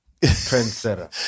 Trendsetter